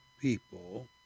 people